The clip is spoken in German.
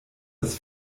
das